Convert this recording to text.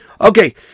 Okay